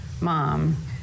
mom